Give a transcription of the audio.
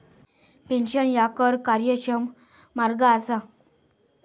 pension ह्या कर कार्यक्षम मार्ग असा